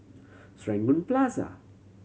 Serangoon Plaza